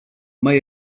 mai